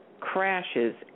crashes